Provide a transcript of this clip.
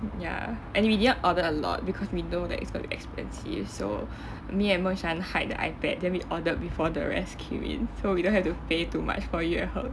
ya and we didn't order a lot because we know that it's going to be expensive so me and mer chan hide the ipad then we ordered before the rest came in so we don't have to pay too much for yue heng